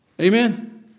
Amen